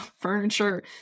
Furniture